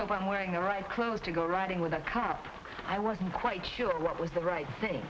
hope i'm wearing the right clothes to go riding with that cap i wasn't quite sure what was the right thing